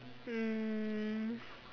mm